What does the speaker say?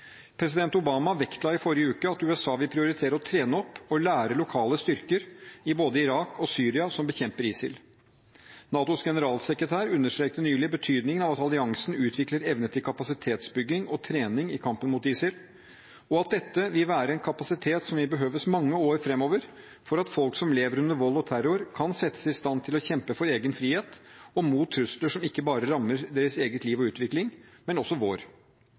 President Obama vektla i forrige uke at USA vil prioritere å trene og lære opp lokale styrker i både Irak og Syria som bekjemper ISIL. NATOs generalsekretær understreket nylig betydningen av at alliansen utvikler evne til kapasitetsbygging og trening i kampen mot ISIL, og at dette vil være en kapasitet som vil behøves i mange år framover for at folk som lever under vold og terror, kan settes i stand til å kjempe for egen frihet og mot trusler som ikke bare rammer deres eget liv og utvikling, men også vår.